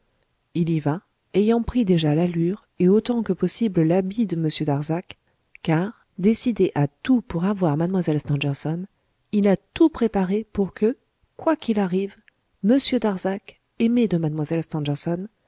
il y va ayant pris déjà l'allure et autant que possible l'habit de m darzac car décidé à tout pour avoir mlle stangerson il a tout préparé pour que quoi qu'il arrive m darzac aimé de